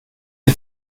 die